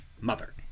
mother